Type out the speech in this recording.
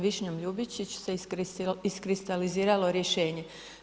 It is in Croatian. Višnjom Ljubičić se iskristaliziralo rješenje.